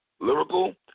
lyrical